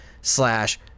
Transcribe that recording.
slash